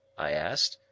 i asked.